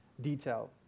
detail